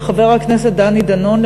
חבר הכנסת דני דנון,